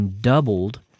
doubled